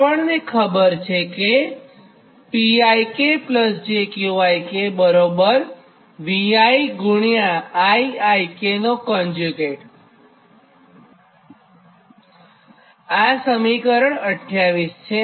આપણને ખબર છે કે આ સમીકરણ 28 છે